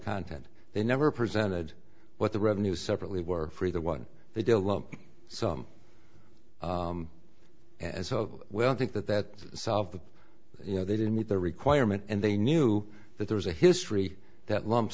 content they never presented what the revenue separately were free the one they deal lump sum as well i think that that solved that you know they didn't meet the requirement and they knew that there was a history that lump